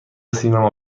سینما